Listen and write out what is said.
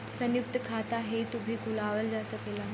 संयुक्त खाता केहू भी खुलवा सकेला